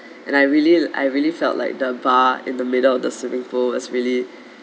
and I really I really felt like the bar in the middle of the swimming pool is really